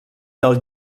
del